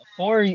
four